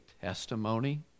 testimony